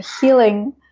healing